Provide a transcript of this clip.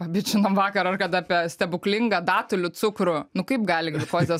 abi žinom vakar kad apie stebuklingą datulių cukrų nu kaip gali gliukozės